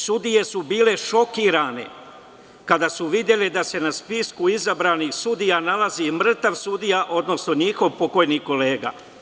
Sudije su bile šokirane kada su videle da se na spisku izabranih sudija nalazi mrtav sudija, odnosno njihov pokojni kolega.